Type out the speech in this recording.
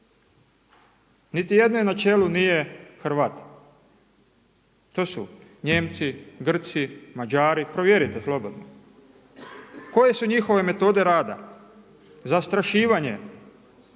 Niti jednoj na čelu nije Hrvat, to su Nijemci, Grci, Mađari. Provjerite slobodno. Koje su njihove metode rada? Zastrašivanje,